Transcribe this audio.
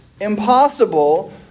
impossible